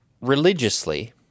religiously